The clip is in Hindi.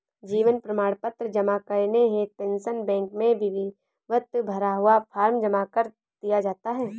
जीवन प्रमाण पत्र जमा करने हेतु पेंशन बैंक में विधिवत भरा हुआ फॉर्म जमा कर दिया जाता है